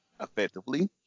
effectively